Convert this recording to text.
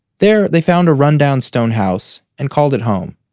there, they found a rundown stone house, and called it home.